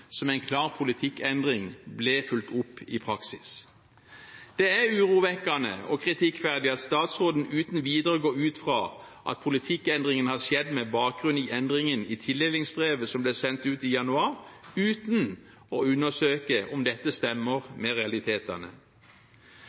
som en klar politikkendring, ble fulgt opp i praksis. Det er urovekkende og kritikkverdig at statsråden uten videre går ut fra at politikkendringen har skjedd med bakgrunn i endringen i tildelingsbrevet som ble sendt ut i januar, uten å undersøke om dette stemmer med realitetene.